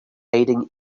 hiding